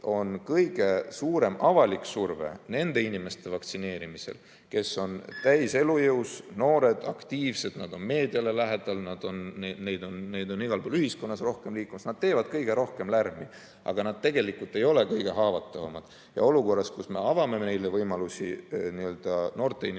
on kõige suurem avalik surve nende inimeste vaktsineerimisel, kes on täies elujõus, noored, aktiivsed, nad on meediale lähedal, neid on igal pool ühiskonnas rohkem liikumas, nad teevad kõige rohkem lärmi. Aga nad ei ole kõige haavatavamad. Olukorras, kus me avame võimalusi noorte inimeste